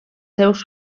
seus